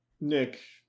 Nick